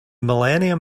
millennium